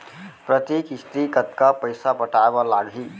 प्रति किस्ती कतका पइसा पटाये बर लागही?